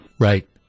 Right